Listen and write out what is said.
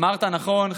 אמרת נכון,